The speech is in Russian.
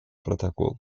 протокол